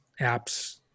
apps